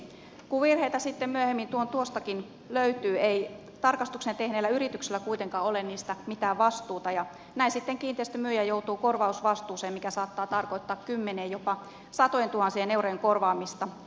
kun virheitä sitten myöhemmin tuon tuostakin löytyy ei tarkastuksen tehneellä yrityksellä kuitenkaan ole niistä mitään vastuuta ja näin sitten kiinteistön myyjä joutuu korvausvastuuseen mikä saattaa tarkoittaa kymmenien jopa satojen tuhansien eurojen korvaamista